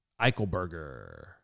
Eichelberger